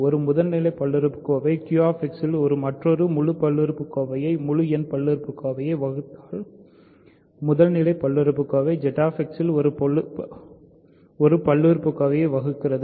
ஒரு முதல்நிலை பல்லுறுப்பு QX இல் மற்றொரு முழுப் பல்லுறுப்புக்கோவையை வகுத்தால் முதல்நிலை பல்லுறுப்புக்கோவை ZX இல் ஒரு பல்லுறுப்புக்கோவையைப் வகுக்கிறது